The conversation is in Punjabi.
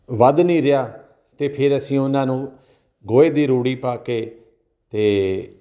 ਵੱਧ ਨਹੀਂ ਰਿਹਾ ਤਾਂ ਫਿਰ ਅਸੀਂ ਉਹਨਾਂ ਨੂੰ ਗੋਹੇ ਦੀ ਰੂੜੀ ਪਾ ਕੇ ਅਤੇ